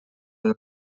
del